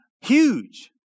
huge